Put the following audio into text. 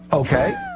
okay